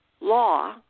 law